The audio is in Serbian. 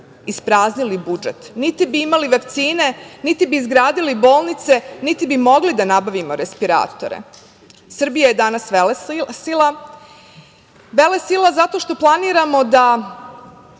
ispraznili budžet, niti bi imali vakcine, niti bi izgradili bolnice, niti bi mogli da nabavimo respiratore. Srbija je danas vele sila, vele sila zato što planiramo da